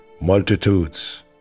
Multitudes